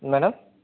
madam